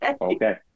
Okay